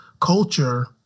culture